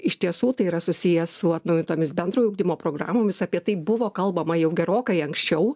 iš tiesų tai yra susiję su atnaujintomis bendrojo ugdymo programomis apie tai buvo kalbama jau gerokai anksčiau